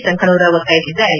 ಸಂಕನೂರ ಒತ್ತಾಯಿಸಿದ್ದಾರೆ